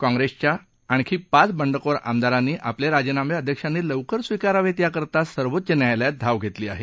काँप्रेसच्या आणखी पाच बंडखोर आमदारानी आपले राजीनामे अध्यक्षांनी लवकर स्वीकारावेत याकरता सर्वोच्च न्यायालयात धाव घेतली आहे